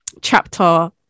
chapter